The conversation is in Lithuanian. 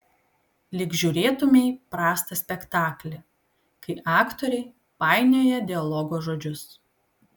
lyg žiūrėtumei prastą spektaklį kai aktoriai painioja dialogo žodžius